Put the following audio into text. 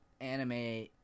anime